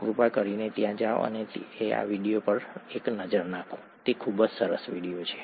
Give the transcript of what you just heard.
કૃપા કરીને જાઓ અને આ વિડિયો પર એક નજર નાખો તે ખૂબ જ સરસ વીડિયો છે